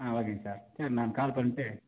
ஆ ஓகேங்க சார் சரி நான் கால் பண்ணிட்டு